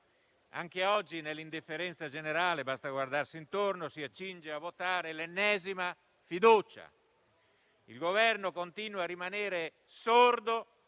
anche oggi l'Aula, nell'indifferenza generale - basta guardarsi intorno - si accinge a votare l'ennesima fiducia. Il Governo continua a rimanere sordo